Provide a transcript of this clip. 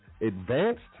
advanced